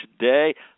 today